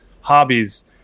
hobbies